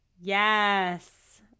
Yes